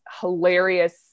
hilarious